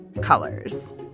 colors